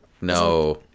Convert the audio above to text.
No